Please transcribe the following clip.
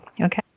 okay